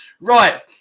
right